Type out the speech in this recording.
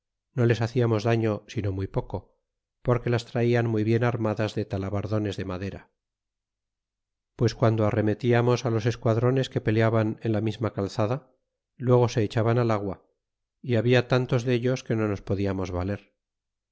no les haciamos daño sino muy poco porque las traían muy bien armadas de talabardones de madera pues guando arremetiamos los esquadrones que peleaban en la misma calzada luego se echaban al agua y había tantos dellos que no nos podiarnos valer